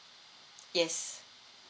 yes